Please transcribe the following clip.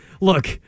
look